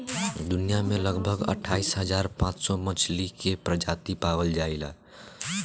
दुनिया में लगभग अठाईस हज़ार पांच सौ मछली के प्रजाति पावल जाइल जाला